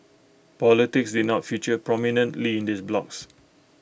politics did not feature prominently in these blogs